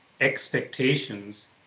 expectations